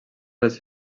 les